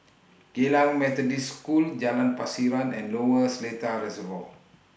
Geylang Methodist School Jalan Pasiran and Lower Seletar Reservoir